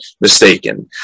mistaken